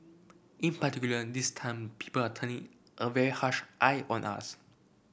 in particular this time people are turning a very harsh eye on us